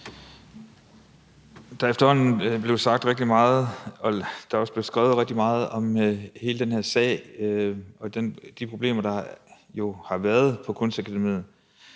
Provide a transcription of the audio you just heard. er efterhånden blevet sagt rigtig meget, og der er også blevet skrevet rigtig meget om hele den her sag og de problemer, der jo har været på Kunstakademiet.